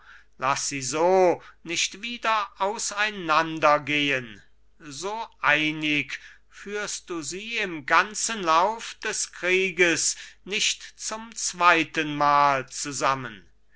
laß sie so nicht wieder auseinandergehen so einig führst du sie im ganzen lauf des krieges nicht zum zweitenmal zusammen